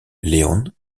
léon